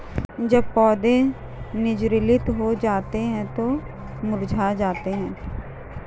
जब पौधे निर्जलित हो जाते हैं तो मुरझा जाते हैं